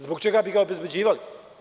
Zbog čega bi ga obezbeđivali?